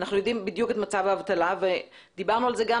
יודעים בדיוק את מצב האבטלה ודיברנו על זה גם,